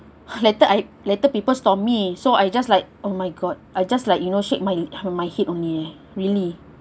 later later people Stomp me so I just like oh my god I just like you know shake my he~ my head only really